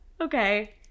Okay